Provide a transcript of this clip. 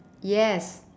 yes